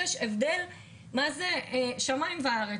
יש הבדל שמים וארץ.